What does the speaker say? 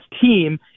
team